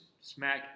smack